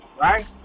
right